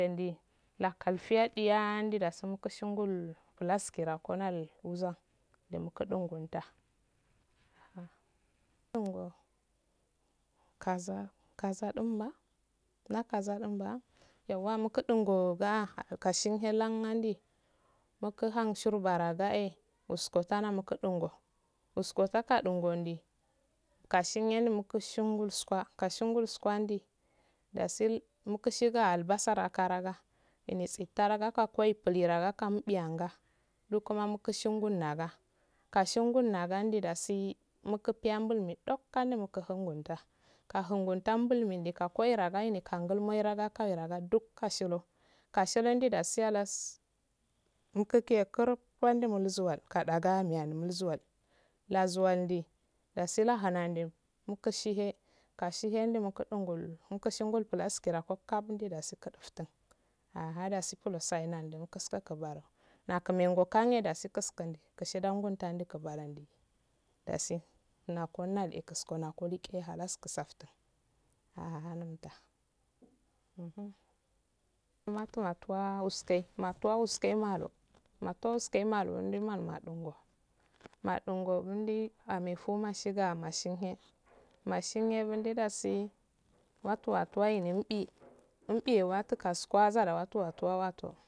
Endi lakalfiyadiyandi lasi mukunsun gul fras kina konal wuza de mukudun gunlda kaza kaza dimba nakaza din ba yauwa mukudungo nga adokashin he han ansi mukuhan shirba raga e usko tana mukudungo usko takadingo ndi kkashinyendi mukushingulska kashingul skwandi dashi mukisida albasar akarago natsitaragaka koibiliyaraka mdiyanga lukuma lukshingunaga kashin gunagandi dasi muk huping mibi dok hand mukkuhun gadda kalungundan bulum ndika koiragani kangulmo yiraga kawi raga duk kashilo kashilaondi dasi halas imkikuhe kurub andi mzual kadaga miyal mulzual lazuwalndi lasi lahanandi mukishi he kashihendi mukudungul mukushingul plastirango kap nde dasi kuduftin aha dasi blosaye nandi mukuso baro nakumenwo kanhe dasi mako nali kusko nakoliqe halas ksaftin a hainta matu matuwa uske matuwa waske malo matuwa waste malondi malo adongoo madungogi ndi amefu mashiga mashihe mashin heindodasi watu watuwaye nombi mbiye watu kaskuwasa ra watuwa tuwarato